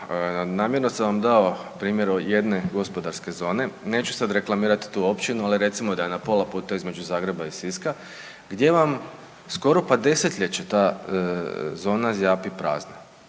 Namjerno sam vam dao primjer jedne gospodarske zone, neću sad reklamirat tu općinu, ali recimo da je na pola puta između Zagreba i Siska, gdje vam skoro pa desetljeće ta zona zjapi prazna